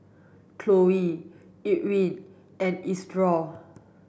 Khloe Irwin and Isidore